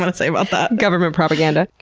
but say about that. government propaganda.